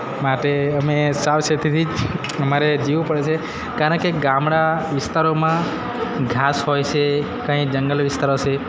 માટે અમે સાવચેતીથી જ અમારે જીવવું પડે છે કારણ કે ગામડા વિસ્તારોમાં ધાસ હોય છે કાંઇ જંગલ વિસ્તારો છે